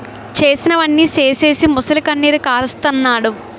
చేసినవన్నీ సేసీసి మొసలికన్నీరు కారస్తన్నాడు